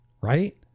right